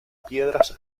piedras